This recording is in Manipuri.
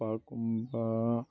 ꯄꯥꯔꯛꯀꯨꯝꯕ